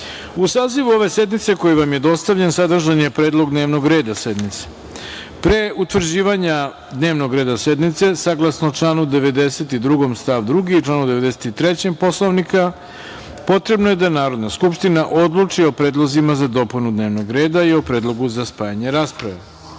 saziv ove sednice, koji vam je dostavljen, sadržan je predlog dnevnog reda sednice. Pre utvrđivanja dnevnog reda sednice, saglasno članu 92. stav 2. i članu 93. Poslovnika, potrebno je da Narodna skupština odluči o predlozima za dopunu dnevnog reda i o Predlogu za spajanje rasprave. Narodni